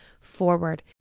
forward